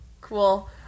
cool